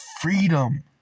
freedom